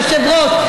יושב-ראש,